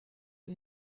you